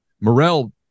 Morrell